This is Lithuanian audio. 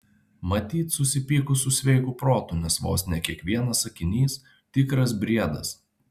matyt susipykus su sveiku protu nes vos ne kiekvienas sakinys tikras briedas